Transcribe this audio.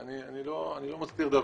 אני לא מסתיר דבר.